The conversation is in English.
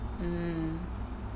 mm